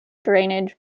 drainage